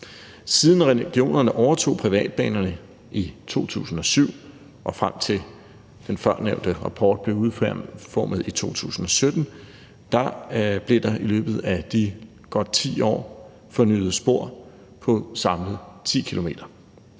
Siden regionerne overtog privatbanerne i 2007, og frem til den førnævnte rapport blev udfærdiget i 2017, blev der i løbet af de godt 10 år fornyet spor på samlet 10 km. Det er